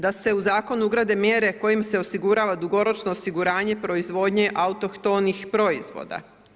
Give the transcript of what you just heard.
Da se u Zakon ugrade mjere kojima se osigurava dugoročno osiguranje proizvodnje autohtonih proizvoda.